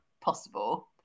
possible